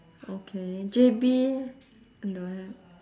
okay J_B don't have